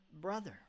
brother